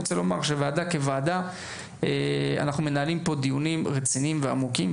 כוועדה אנחנו מנהלים פה דיונים רציניים ועמוקים,